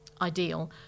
ideal